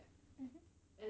mmhmm